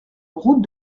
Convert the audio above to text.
route